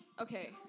Okay